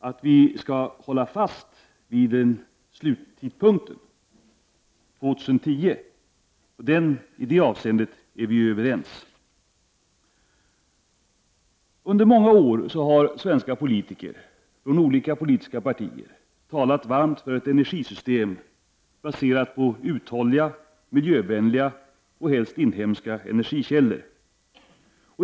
Att vi skall hålla fast vid sluttidpunkten, år 2010, är vi överens om. Under många år har svenska politiker från olika politiska partier talat varmt för ett energisystem baserat på uthålliga, miljövänliga och helst inhemska energikällor.